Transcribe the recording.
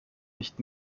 nicht